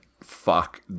fuck